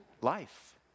life